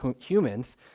humans